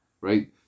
right